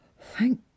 thank